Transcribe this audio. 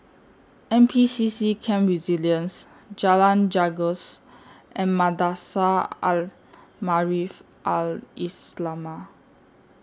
N P C C Camp Resilience Jalan Janggus and Madrasah Al Maarif Al Islamiah